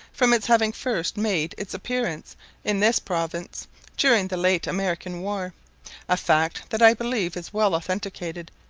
from its having first made its appearance in this province during the late american war a fact that i believe is well authenticated,